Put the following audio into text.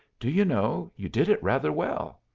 do you know, you did it rather well.